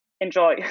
enjoy